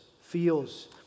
feels